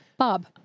Bob